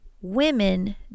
Women